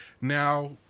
Now